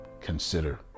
Consider